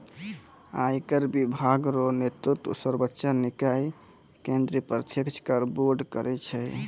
आयकर विभाग रो नेतृत्व सर्वोच्च निकाय केंद्रीय प्रत्यक्ष कर बोर्ड करै छै